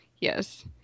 Yes